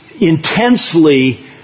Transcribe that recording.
intensely